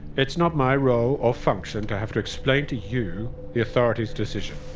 it's not my role or function to have to explain to you the authority's decision.